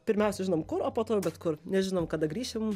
pirmiausia žinom kur o po to jau bet kur nežinom kada grįšim